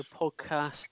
podcast